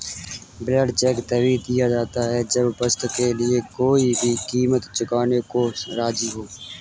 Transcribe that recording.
blank cheque तभी दिया जाता है जब वस्तु के लिए कोई भी कीमत चुकाने को राज़ी हो